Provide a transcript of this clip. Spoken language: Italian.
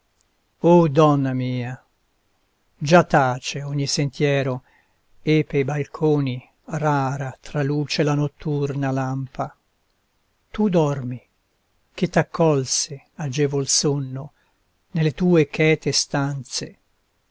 o donna mia già tace ogni sentiero e pei balconi rara traluce la notturna lampa tu dormi che t'accolse agevol sonno nelle tue chete stanze